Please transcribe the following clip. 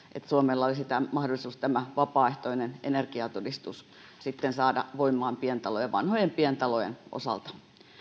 suomella olisi mahdollisuus tämä vapaaehtoinen energiatodistus saada voimaan vanhojen pientalojen osalta